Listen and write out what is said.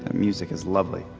music is lovely.